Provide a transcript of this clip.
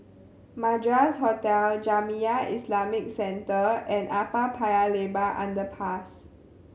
Madras Hotel Jamiyah Islamic Centre and Upper Paya Lebar Underpass